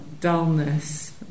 dullness